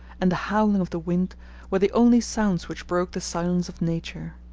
and the howling of the wind were the only sounds which broke the silence of nature.